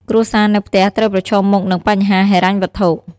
គ្រួសារនៅផ្ទះត្រូវប្រឈមមុខនឹងបញ្ហាហិរញ្ញវត្ថុ។